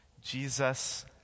Jesus